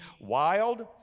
wild